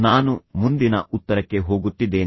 ನಾನು ಮುಂದಿನ ಉತ್ತರಕ್ಕೆ ಹೋಗುತ್ತಿದ್ದೇನೆ